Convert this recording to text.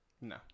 No